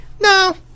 no